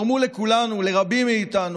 גרמו לכולנו, לרבים מאיתנו,